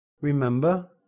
Remember